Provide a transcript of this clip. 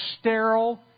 sterile